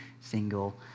single